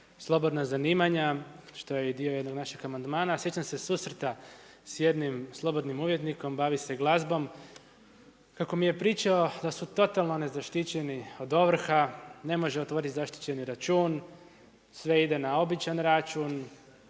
slobodna zanimanja što je i dio jednog našeg amandmana. Sjećam se susreta sa jednim slobodnim umjetnikom, bavi se glazbom. Kako mi je pričao da su totalno nezaštićeni od ovrha, ne može otvoriti zaštićeni račun, sve ide na običan račun,